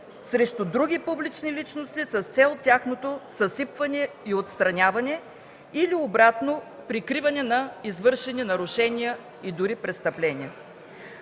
срещу други публични личности с цел тяхното съсипване и отстраняване или обратно – прикриване на извършени нарушения и дори престъпления.